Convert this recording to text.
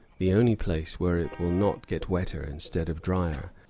the only place where it will not get wetter instead of dryer,